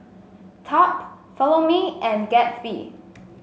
Top Follow Me and Gatsby